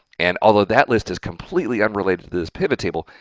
and although that list is completely unrelated to this pivot table,